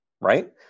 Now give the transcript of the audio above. Right